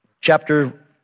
chapter